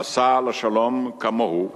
המסע לשלום כמוהו